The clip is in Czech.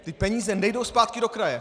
Ty peníze nejdou zpátky do kraje.